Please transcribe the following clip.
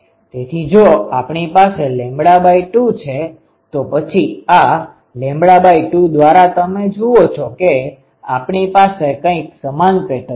તેથી જો આપણી પાસે 2 છે તો પછી આ 2 દ્વારા તમે જુઓ છો કે આપણી પાસે કંઈક સમાન પેટર્ન છે